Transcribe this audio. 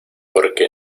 porque